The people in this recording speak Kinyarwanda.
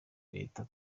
leta